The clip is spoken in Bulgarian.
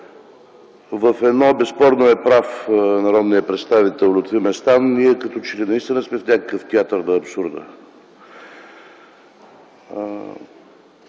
В едно безспорно е прав народният представител Лютви Местан – ние като че ли наистина сме в някакъв театър на абсурда.